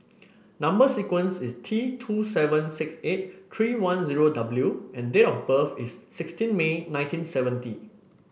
number sequence is T two seven six eight three one zero W and date of birth is sixteen May nineteen seventy